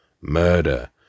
murder